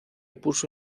puso